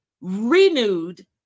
renewed